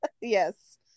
Yes